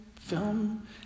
film